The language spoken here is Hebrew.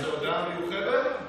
זאת הודעה מיוחדת?